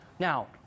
Now